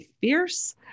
fierce